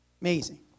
Amazing